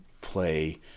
play